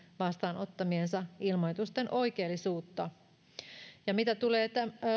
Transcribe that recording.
vastaanottamiensa ilmoitusten oikeellisuutta mitä tulee